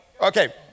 Okay